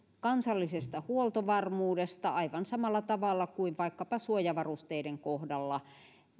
kansallisesta huoltovarmuudesta aivan samalla tavalla kuin vaikkapa suojavarusteiden kohdalla